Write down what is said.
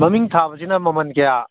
ꯃꯃꯤꯡ ꯊꯥꯕꯖꯤꯅ ꯃꯃꯟ ꯀꯌꯥ